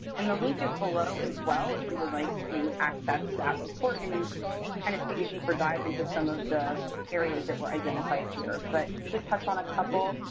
and the link is below as well if you would like to access that report and kind of take a deeper dive into some of the areas that were identified here. but just to touch on a couple,